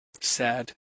Sad